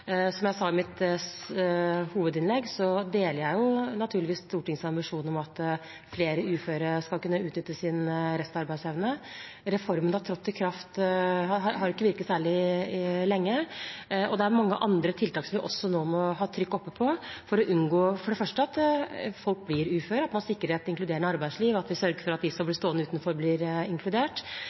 Som jeg sa i hovedinnlegget mitt, deler jeg naturligvis Stortingets ambisjon om at flere uføre skal kunne utnytte sin restarbeidsevne. Reformen har ikke virket særlig lenge, og det er mange andre tiltak som vi også må holde trykket oppe på nå, for det første for å unngå at folk blir uføre, og for å sikre et inkluderende arbeidsliv og sørge for at de som blir stående utenfor, blir inkludert.